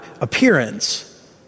appearance